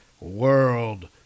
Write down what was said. world